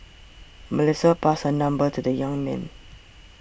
Melissa passed her number to the young man